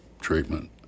treatment